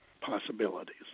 possibilities